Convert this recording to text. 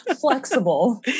Flexible